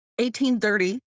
1830